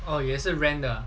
oh 你 rent 的